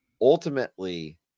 ultimately